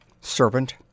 Servant